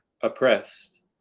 oppressed